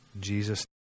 Jesus